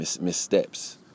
missteps